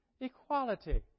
Equality